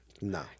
No